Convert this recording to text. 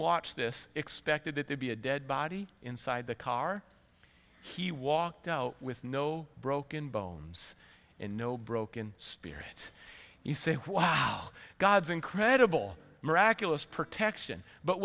watched this expected that there be a dead body inside the car he walked with no broken bones and no broken spirit you say why our god's incredible miraculous protection but